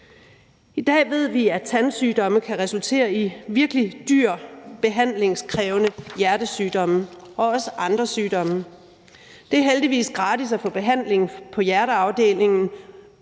I dag ved vi, at tandsygdomme kan resultere i virkelig dyre behandlingskrævende hjertesygdomme og også andre sygdomme. Det er heldigvis gratis at få behandling på hjerteafdelingen,